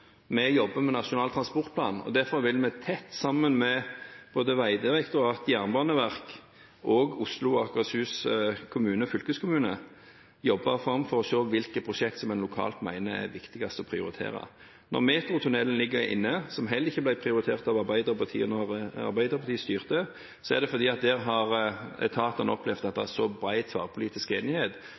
Vi jobber med Nasjonal transportplan, og derfor vil vi framover jobbe tett sammen med både Vegdirektoratet, Jernbaneverket, Oslo kommune og Akershus fylkeskommune for å se hvilke prosjekt som en lokalt mener er viktigst å prioritere. Når metrotunnelen ligger inne, som heller ikke ble prioritert av Arbeiderpartiet da Arbeiderpartiet styrte, er det fordi at der har etatene opplevd at det er så bred tverrpolitisk enighet at den var